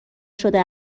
شده